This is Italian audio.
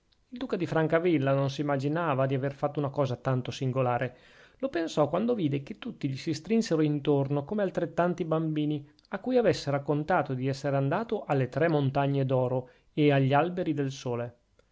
il duca di francavilla non s'immaginava di aver fatto una cosa tanto singolare lo pensò quando vide che tutti gli si strinsero intorno come altrettanti bambini a cui avesse raccontato di essere andato alle tre montagne d'oro o agli alberi del sole